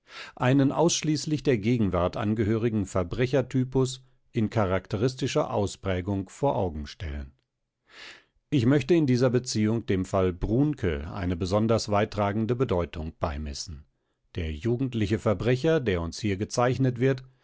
einen ausschließlich der gegenwart angehörigen verbrechertypus in charakteristischer ausprägung vor augen stellen ich möchte in dieser beziehung dem fall brunke eine besonders weittragende bedeutung beimessen der jugendliche verbrecher der uns hier gezeichnet wird